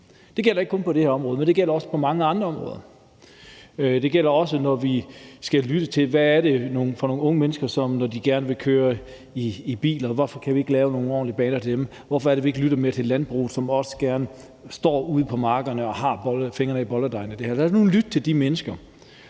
Det gælder ikke kun på det her område, men det gælder også på mange andre områder. Det gælder også, når vi skal lytte til, hvad det er for nogle unge mennesker, som vi, når de gerne vil køre i biler, ikke kan lave nogle ordentlige baner til. Hvorfor er det, vi ikke lytter mere til landbruget, som står ude på markerne og har fingrene i bolledejen? Lad os nu lytte til de mennesker.